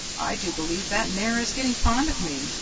i do believe that mare is getting fond of me,